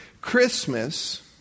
Christmas